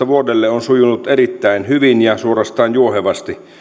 vuodelle kaksituhattaseitsemäntoista on sujunut erittäin hyvin ja suorastaan juohevasti